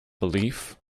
belief